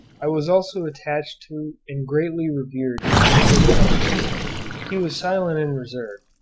i was also attached to and greatly revered my uncle jos he was silent and reserved,